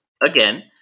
again